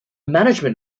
management